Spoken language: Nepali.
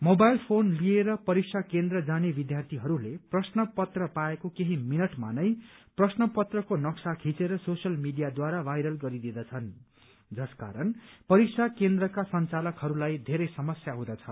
मोबाइल फोन लिएर परीक्षा केन्द्र जाने विद्यार्थीहरूले प्रश्न पत्र पाएको केही मिनटमा नै प्रश्न पत्रको नक्शा खिचेर सोशियल मीडियाद्वारा भाइरल गरिदिँदछन् जसकारण परीक्षा केन्द्रका संचलाकहरूलाई समस्या हुँदछ